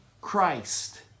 Christ